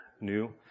new